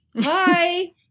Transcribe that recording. hi